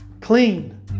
clean